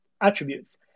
attributes